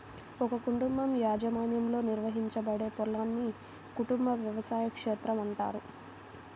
ఒక కుటుంబ యాజమాన్యంలో నిర్వహించబడే పొలాన్ని కుటుంబ వ్యవసాయ క్షేత్రం అంటారు